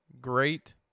Great